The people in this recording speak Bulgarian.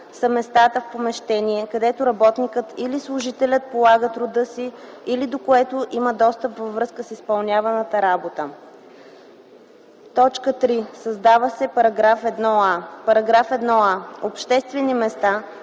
са местата в помещение, където работникът или служителят полага труда си или до което има достъп във връзка с изпълняваната работа.” 3. Създава се § 1а: „§ 1а. „Обществени места”